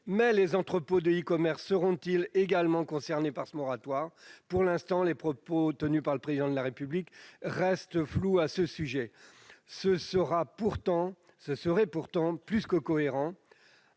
Mais les entrepôts d'e-commerce seront-ils également concernés par ce moratoire ? Les propos tenus par le Président de la République restent flous à ce sujet. Il serait pourtant plus que cohérent